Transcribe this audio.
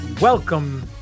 Welcome